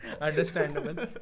Understandable